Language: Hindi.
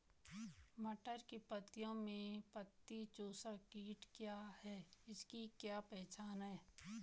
मटर की पत्तियों में पत्ती चूसक कीट क्या है इसकी क्या पहचान है?